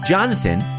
Jonathan